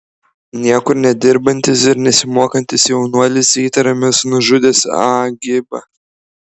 niekur nedirbantis ir nesimokantis jaunuolis įtariamas nužudęs a gibą